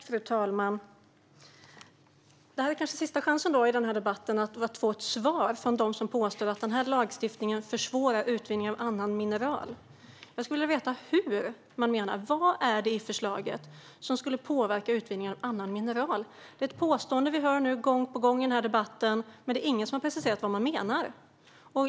Fru talman! Detta är kanske sista chansen i debatten att få ett svar från dem som påstår att den här lagstiftningen försvårar utvinningen av andra mineraler. Jag skulle vilja veta hur de menar. Vad är det i förslaget som skulle påverka utvinningen av andra mineraler? Det är ett påstående som vi har hört gång på gång i den här debatten, men det är ingen som har preciserat vad som menas.